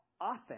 Often